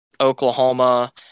Oklahoma